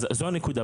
נכון,